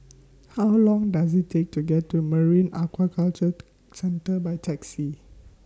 How Long Does IT Take to get to Marine Aquaculture Centre By Taxi